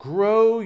Grow